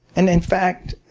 and in fact,